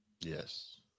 yes